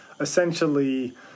essentially